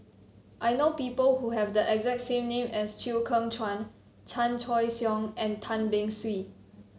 I know people who have the exact same name as Chew Kheng Chuan Chan Choy Siong and Tan Beng Swee